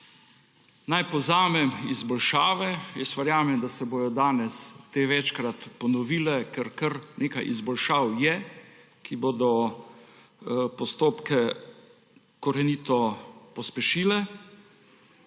Naj povzamem izboljšave. Verjamem, da se bodo danes te večkrat ponovile, ker je kar nekaj izboljšav, ki bodo postopke korenito pospešile.